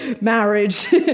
marriage